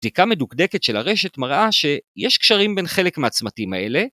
‫בדיקה מדוקדקת של הרשת מראה, ‫שיש קשרים בין חלק מהצמתים האלה.